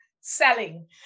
Selling